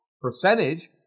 percentage